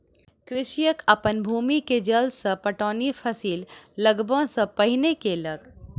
कृषक अपन भूमि के जल सॅ पटौनी फसिल लगबअ सॅ पहिने केलक